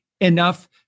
enough